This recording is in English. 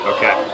Okay